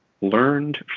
learned